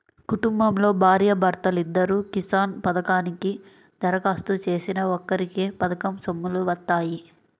కుటుంబంలో భార్యా భర్తలిద్దరూ కిసాన్ పథకానికి దరఖాస్తు చేసినా ఒక్కరికే పథకం సొమ్ములు వత్తాయి